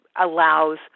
allows